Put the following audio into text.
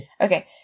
Okay